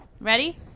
Ready